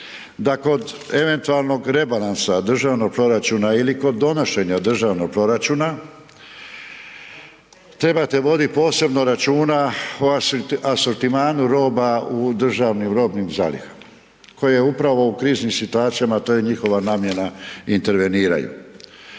da kod eventualnog rebalansa državnog proračuna ili kod donošenja državnog proračuna trebate voditi posebno računa o asortimanu roba u državnim robnih zalihama koje upravo u kriznim situacija, a to je njihova namjena, interveniraju.